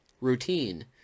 Routine